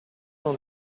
non